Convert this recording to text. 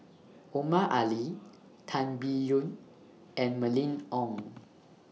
Omar Ali Tan Biyun and Mylene Ong